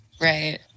Right